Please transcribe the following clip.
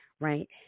right